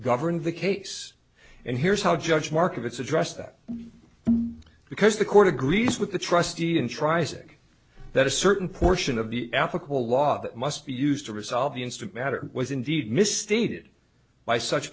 govern the case and here's how judge markets address that because the court agrees with the trustee and tries ik that a certain portion of the applicable law that must be used to resolve the instant matter was indeed misstated by such